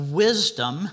wisdom